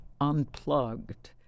unplugged